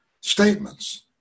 statements